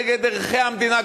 נגד ערכי המדינה,